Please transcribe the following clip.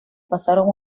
pasaron